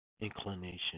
inclination